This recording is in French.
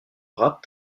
rap